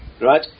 right